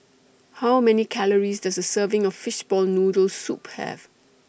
How Many Calories Does A Serving of Fishball Noodle Soup Have